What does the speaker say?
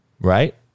right